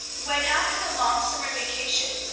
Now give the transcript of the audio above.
when, after the long summer vacation,